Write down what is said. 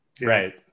Right